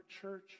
church